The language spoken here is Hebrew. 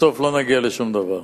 בסוף לא נגיע לשום דבר.